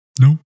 Nope